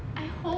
I hope